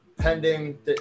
pending